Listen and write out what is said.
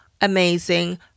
amazing